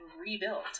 rebuilt